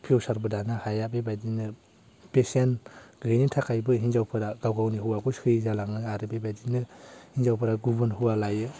फिउसारबो दानो हाया बेबायदिनो बेसेन गैयिनि थाखायबो हिनजावफोरा गाव गावनि हौवाखौ सैयै जालाङो आरो बे बायदिनो हिनजावफोरा गुबुन हौवा लायो